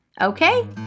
Okay